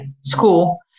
school